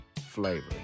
flavor